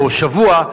או שבוע,